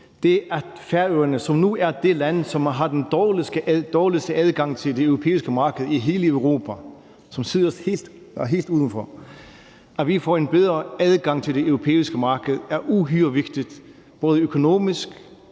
nemlig at Færøerne nu er det land i hele Europa, som har den dårligste adgang til det europæiske marked – det er sat helt udenfor. At vi får en bedre adgang til det europæiske marked er uhyre vigtigt både økonomisk